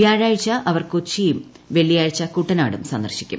വ്യാഴാഴ്ച അവർ കൊച്ചിയും വെള്ളിയാഴ്ച കുട്ടനാടും സന്ദർശിക്കും